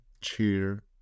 cheer